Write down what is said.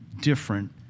different